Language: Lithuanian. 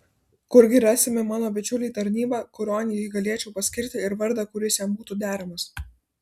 kurgi rasime mano bičiuliui tarnybą kurion jį galėčiau paskirti ir vardą kuris jam būtų deramas